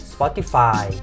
Spotify